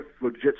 legit